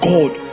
God